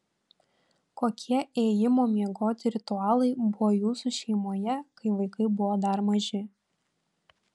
kokie ėjimo miegoti ritualai buvo jūsų šeimoje kai vaikai buvo dar maži